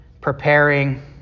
preparing